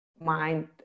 mind